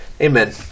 Amen